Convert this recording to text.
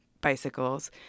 bicycles